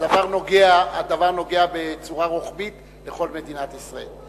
הדבר נוגע בצורה רוחבית לכל מדינת ישראל.